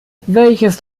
welches